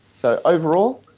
so overall,